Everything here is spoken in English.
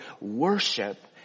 worship